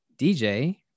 DJ